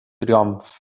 triomf